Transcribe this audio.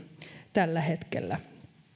tällä hetkellä